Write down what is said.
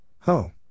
Ho